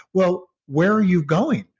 well, where are you going?